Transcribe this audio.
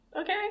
Okay